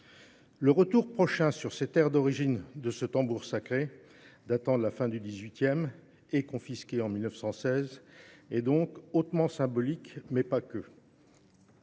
Le retour prochain sur ces terres d'origine de ce tambour sacré, datant de la fin du XVIIIe et confisqué en 1916, est donc hautement symbolique, mais pas que.